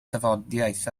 dafodiaith